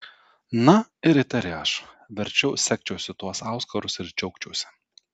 na ir įtari aš verčiau segčiausi tuos auskarus ir džiaugčiausi